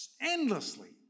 endlessly